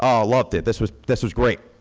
um loved it. this was this was great.